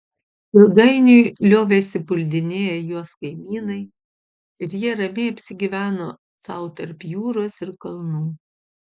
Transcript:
ilgainiui liovėsi puldinėję juos kaimynai ir jie ramiai apsigyveno sau tarp jūros ir kalnų